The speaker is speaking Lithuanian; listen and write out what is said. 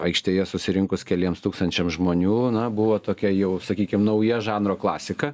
aikštėje susirinkus keliems tūkstančiams žmonių na buvo tokia jau sakykim nauja žanro klasika